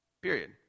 Period